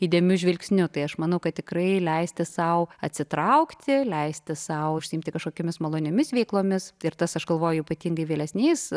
įdėmiu žvilgsniu tai aš manau kad tikrai leisti sau atsitraukti leisti sau užsiimti kažkokiomis maloniomis veiklomis ir tas aš galvoju ypatingai vėlesniais